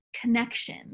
connection